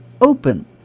open